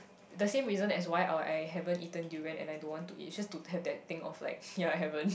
the same reason as why I will I haven't eaten durian and I don't want to eat it's just to have that thing of like ya I haven't